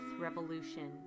revolution